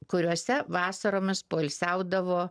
kuriose vasaromis poilsiaudavo